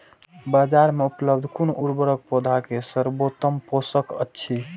बाजार में उपलब्ध कुन उर्वरक पौधा के सर्वोत्तम पोषक अछि?